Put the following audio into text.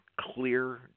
clear